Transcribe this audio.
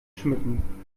schmücken